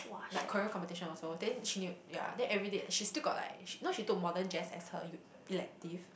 like choreo competition also then she knew ya then everyday eh she still got like she know she took modern Jazz as her u~ elective